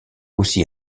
aussi